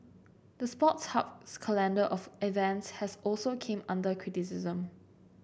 the Sports Hub's calendar of events has also came under criticism